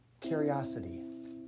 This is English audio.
curiosity